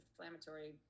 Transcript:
inflammatory